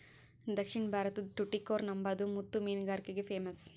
ದಕ್ಷಿಣ ಭಾರತುದ್ ಟುಟಿಕೋರ್ನ್ ಅಂಬಾದು ಮುತ್ತು ಮೀನುಗಾರಿಕ್ಗೆ ಪೇಮಸ್ಸು